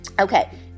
Okay